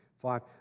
Five